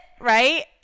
Right